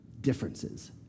Differences